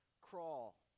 crawl